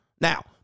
Now